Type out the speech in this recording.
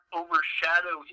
overshadow